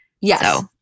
Yes